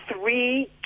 three